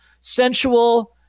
sensual